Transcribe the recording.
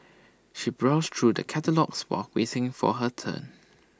she browsed through the catalogues while waiting for her turn